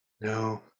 No